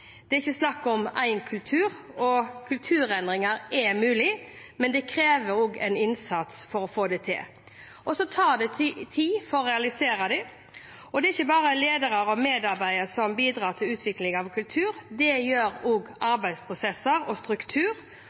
det er ikke snakk om én kultur. Kulturendringer er mulig, men det krever en innsats for å få det til, og det tar tid å få realisert dem. Det er ikke bare ledere og medarbeidere som bidrar til utvikling av en kultur; det gjør også arbeidsprosesser og struktur.